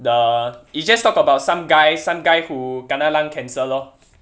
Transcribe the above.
the it just talk about some guy some guy who kena lung cancer lor